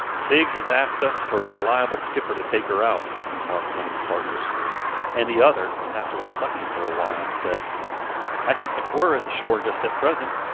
sigg has asked us for a reliable skipper to take her out, remarked one of the partners and the other, after reflecting for a while, said i think macwhirr is ashore just at present.